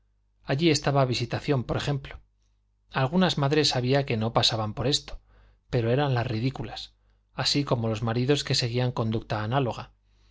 allí estaba visitación por ejemplo algunas madres había que no pasaban por esto pero eran las ridículas así como los maridos que seguían conducta análoga